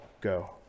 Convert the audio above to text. go